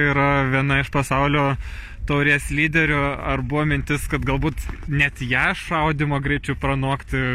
yra viena iš pasaulio taurės lyderių ar buvo mintis kad galbūt net ją šaudymo greičiu pranokti